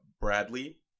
Bradley